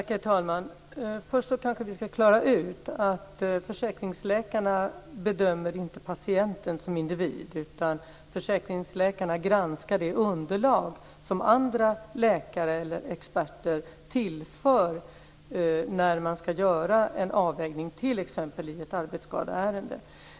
Herr talman! Först kanske vi ska klara ut att försäkringsläkarna inte bedömer patienten som individ, utan försäkringsläkarna granskar det underlag som andra läkare eller experter tillför när de ska göra en avvägning, t.ex. i ett arbetsskadeärende.